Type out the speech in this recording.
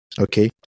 okay